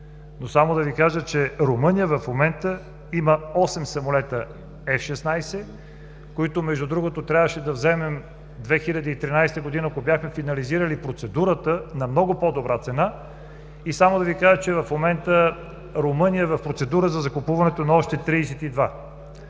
Само да Ви кажа, че Румъния в момента има 8 самолета F-16, които, между другото, трябваше да вземем 2013 г., ако бяхме финализирали процедурата, на много по-добра цена. В момента Румъния е в процедура за закупуването на още 32.